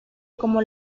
como